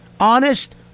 Honest